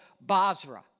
Basra